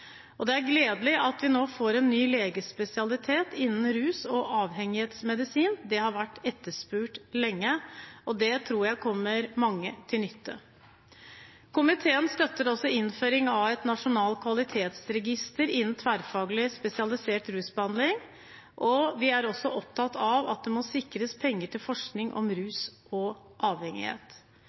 Det er gledelig at vi nå får en ny legespesialitet innen rus- og avhengighetsmedisin, det har vært etterspurt lenge, og det tror jeg kommer mange til nytte. Komiteen støtter også innføring av et nasjonalt kvalitetsregister innen tverrfaglig spesialisert rusbehandling, og vi er også opptatt av at det må sikres mer penger til forskning om rus og avhengighet.